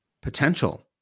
potential